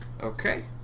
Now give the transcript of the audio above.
Okay